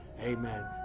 amen